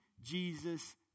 Jesus